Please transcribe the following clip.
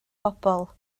bobl